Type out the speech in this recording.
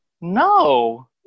No